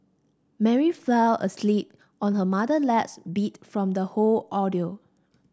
Mary fell asleep on her mother beat from the whole ordeal